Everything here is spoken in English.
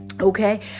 Okay